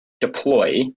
deploy